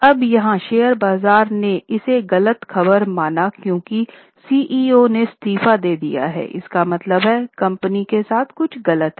अब यहाँ शेयर बाजार ने इसे गलत खबर माना क्योंकि सीईओ ने इस्तीफा दे दिया है इसका मतलब है कंपनी के साथ कुछ गलत है